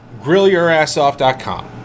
Grillyourassoff.com